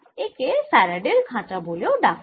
একে ফ্যারাডের খাঁচা বলেও ডাকা হয়